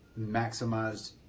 maximized